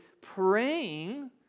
praying